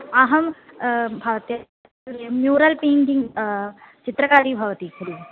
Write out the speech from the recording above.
अहं भवत्याः mural painting चित्रकारी भवति खलु